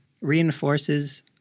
reinforces